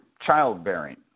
childbearing